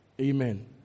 Amen